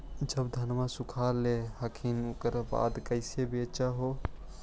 जब धनमा सुख ले हखिन उकर बाद कैसे बेच हो?